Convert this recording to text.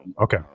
okay